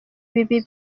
bibi